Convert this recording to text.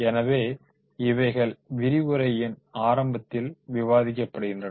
எனவே இவைகள் விரிவுரையின் ஆரம்பத்தில் விவாதிக்கப்படுகின்றன